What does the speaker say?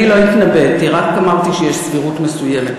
אני לא התנבאתי, רק אמרתי שיש סבירות מסוימת.